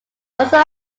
also